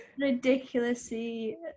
ridiculously